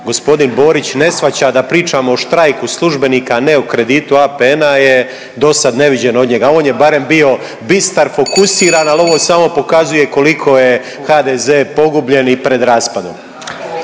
gospodin Borić ne shvaća da pričamo o štrajku službenika, a ne o kreditu APN-a je dosada neviđeno od njega. On je barem bio bistar, fokusiran, ali ovo samo pokazuje koliko je HDZ pogubljen i pred raspadom.